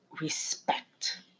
respect